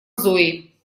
зои